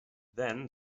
then